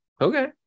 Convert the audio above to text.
Okay